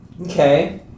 Okay